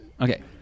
okay